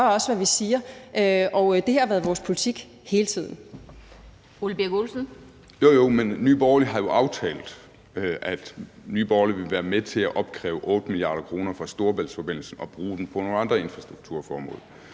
her har været vores politik hele tiden.